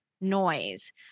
noise